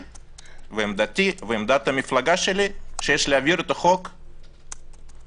עמדתי ועמדת המפלגה שלי שיש להעביר את החוק כלשונו.